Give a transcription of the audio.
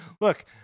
Look